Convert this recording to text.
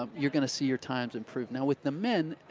um you're going to see your times improve. now, with the men,